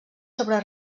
sobre